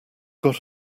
got